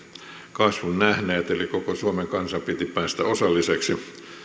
kasvun nähneiden eli koko suomen kansan piti päästä osalliseksi